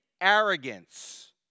arrogance